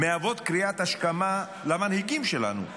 מהוות קריאת השכמה למנהיגים שלנו,